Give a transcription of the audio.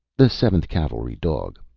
the seventh cavalry dog.